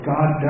God